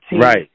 Right